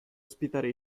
ospitare